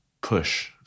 push